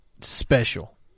special